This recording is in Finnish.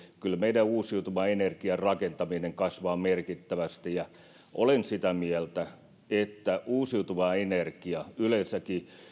kyllä meidän uusiutuvan energian rakentaminen kasvaa merkittävästi olen sitä mieltä että uusiutuva energia ja yleensäkin